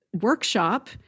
workshop